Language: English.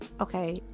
Okay